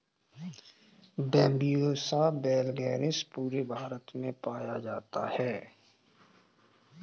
Bambusa वैलगेरिस पूरे भारत में पाया जाता है